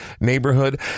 neighborhood